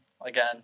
again